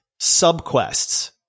subquests